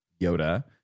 Yoda